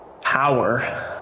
power